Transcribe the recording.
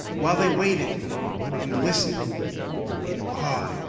while they waited and listened in awe.